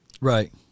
Right